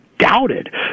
doubted